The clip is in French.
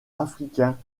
africain